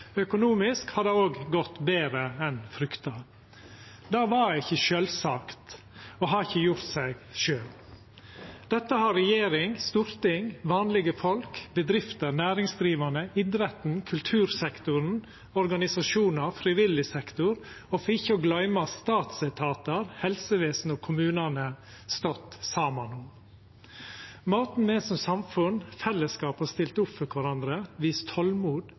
Økonomisk har det òg gått betre enn frykta. Det var ikkje sjølvsagt, og har ikkje gjort seg sjølv. Dette har regjering, storting, vanlege folk, bedrifter, næringsdrivande, idretten, kultursektoren, organisasjonar, frivillig sektor og for ikkje å gløyma statsetatar, helsevesen og kommunane stått saman om. Måten me som samfunn og fellesskap har stilt opp for kvarandre